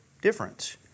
difference